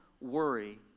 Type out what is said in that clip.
worry